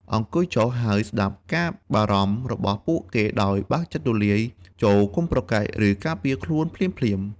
អង្គុយចុះ ហើយស្តាប់ការបារម្ភរបស់ពួកគេដោយបើកចិត្តទូលាយ ចូរកុំប្រកែក ឬការពារខ្លួនភ្លាមៗ។